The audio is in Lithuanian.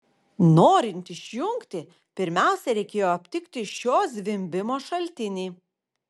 norint išjungti pirmiausia reikėjo aptikti šio zvimbimo šaltinį